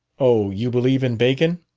oh, you believe in bacon!